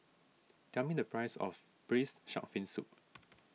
tell me the price of Braised Shark Fin Soup